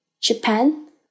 Japan